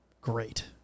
great